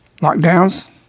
Lockdowns